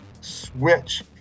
switch